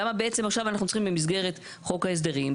למה בעצם עכשיו אנחנו צריכים במסגרת חוק ההסדרים,